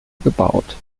gebaut